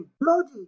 bloody